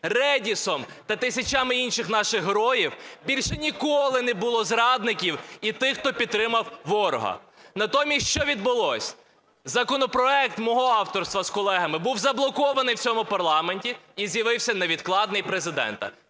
"Редісом" та тисячами інших наших героїв більше ніколи не було зрадників і тих, хто підтримав ворога. Натомість, що відбулось? Законопроект мого авторства з колегами був заблокований в цьому парламенті, і з'явився невідкладний Президента.